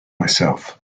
myself